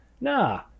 nah